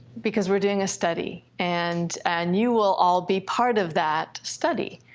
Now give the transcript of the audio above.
because we're doing a study, and and you will all be part of that study.